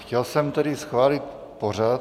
Chtěl jsem tedy schválit pořad...